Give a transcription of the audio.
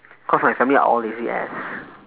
cause my family are all lazy ass